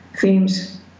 themes